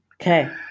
Okay